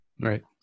Right